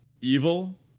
evil